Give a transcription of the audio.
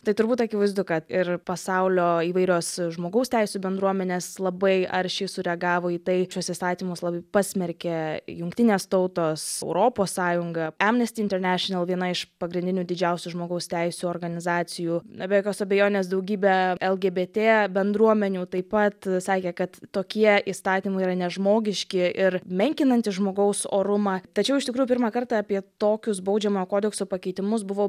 tai turbūt akivaizdu kad ir pasaulio įvairios žmogaus teisių bendruomenės labai aršiai sureagavo į tai šiuos įstatymus labai pasmerkė jungtinės tautos europos sąjunga emnesti internešinal viena iš pagrindinių didžiausių žmogaus teisių organizacijų na be jokios abejonės daugybė lgbt bendruomenių taip pat sakė kad tokie įstatymai yra nežmogiški ir menkinantys žmogaus orumą tačiau iš tikrųjų pirmą kartą apie tokius baudžiamojo kodekso pakeitimus buvo